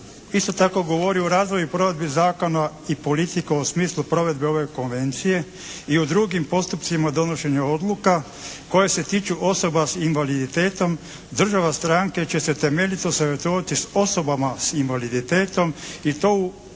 isto tako govori o razvoju i provedbi zakona i politike u smislu provedbe ove konvencije i o drugim postupcima donošenja odluka koje se tiču osoba s invaliditetom država stranke će se temeljito savjetovati s osobama s invaliditetom i to ih